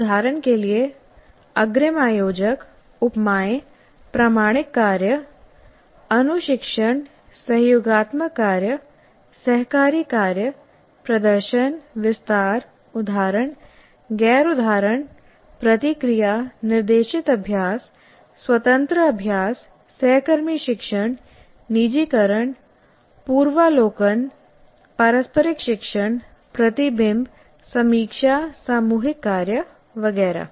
उदाहरण के लिए अग्रिम आयोजक उपमाएं प्रामाणिक कार्य अनुशिक्षण सहयोगात्मक कार्य सहकारी कार्य प्रदर्शन विस्तार उदाहरण गैर उदाहरण प्रतिक्रिया निर्देशित अभ्यास स्वतंत्र अभ्यास सहकर्मी शिक्षण निजीकरण पूर्वावलोकन पारस्परिक शिक्षण प्रतिबिंब समीक्षा सामूहिक कार्य वगैरह